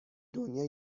دنیا